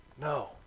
no